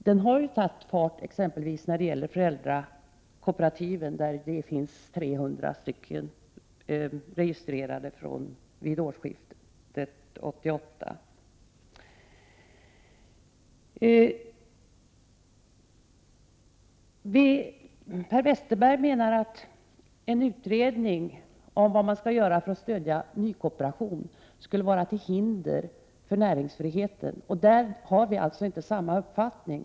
Den har också tagit fart, exempelvis när det gäller föräldrakooperativ. Det fanns vid årsskiftet 300 föräldrakooperativ registrerade. Per Westerberg menar att en utredning om vad man skall göra för att stödja nykooperation skulle vara till hinder för näringsfriheten. Där har vi inte samma uppfattning.